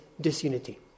disunity